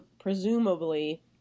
presumably